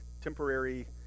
temporary